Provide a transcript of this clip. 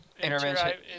Intervention